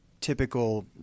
typical